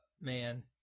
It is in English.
man